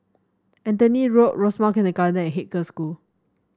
Anthony Road Rosemount Kindergarten and Haig Girls' School